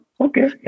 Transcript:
okay